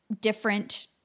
different